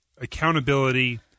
accountability